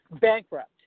bankrupt